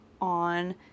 on